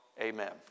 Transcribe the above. Amen